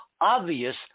obvious